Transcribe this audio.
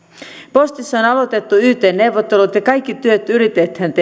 postissa on aloitettu yt neuvottelut ja kaikki työt yritetään nyt